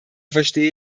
verstehe